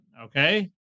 Okay